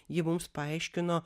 ji mums paaiškino